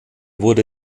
wurde